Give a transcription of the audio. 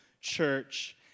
church